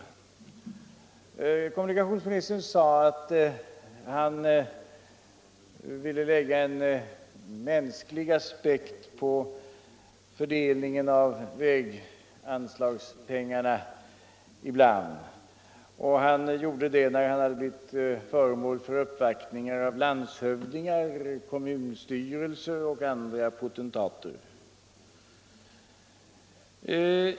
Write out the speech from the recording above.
Kommunikationsministern sade att han ibland ville lägga en mänsklig aspekt på fördelningen av väganslagspengarna och att han gjorde det när han hade blivit föremål för uppvaktningar av landshövdingar, representanter för kommunstyrelser och andra potentater.